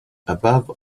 above